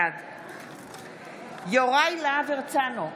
בעד יוראי להב הרצנו,